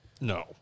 No